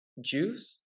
juice